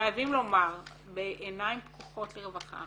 חייבים לומר בעיניים פקוחות לרווחה